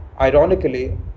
ironically